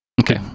Okay